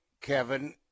Kevin